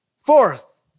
Fourth